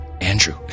Andrew